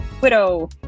Widow